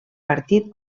partit